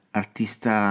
artista